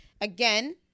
Again